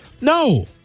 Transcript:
No